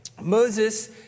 Moses